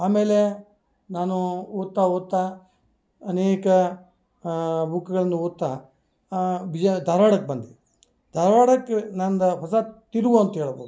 ಆಮೇಲೆ ನಾನೂ ಓದ್ತಾ ಓದ್ತಾ ಅನೇಕ ಬುಕ್ಗಳನ್ನು ಓದ್ತಾ ಬಿಜಾ ಧಾರ್ವಾಡಕ್ಕೆ ಬಂದೆ ಧಾರ್ವಾಡಕ್ಕೆ ನಂದು ಹೊಸ ತಿರುವು ಅಂತ ಹೇಳ್ಬೋದು